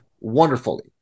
wonderfully